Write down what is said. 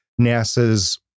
NASA's